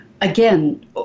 again